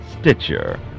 Stitcher